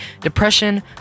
depression